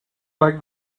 like